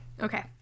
Okay